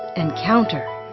encounter.